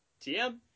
TM